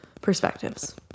perspectives